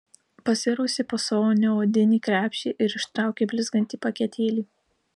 pasirausė po savo neodinį krepšį ir ištraukė blizgantį paketėlį